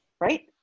Right